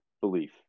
belief